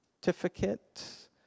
certificate